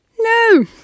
No